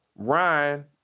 Ryan